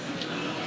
פינדרוס,